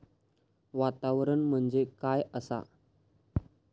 वातावरण म्हणजे काय असा?